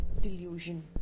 delusion